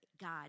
God